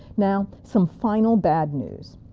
now, some final bad news.